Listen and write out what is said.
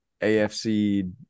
AFC